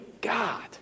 God